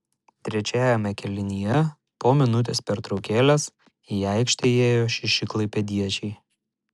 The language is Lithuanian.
trečiajame kėlinyje po minutės pertraukėlės į aikštę įėjo šeši klaipėdiečiai